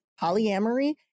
polyamory